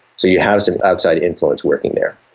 so you have some outside influence working there.